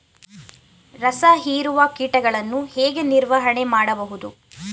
ರಸ ಹೀರುವ ಕೀಟಗಳನ್ನು ಹೇಗೆ ನಿರ್ವಹಣೆ ಮಾಡಬಹುದು?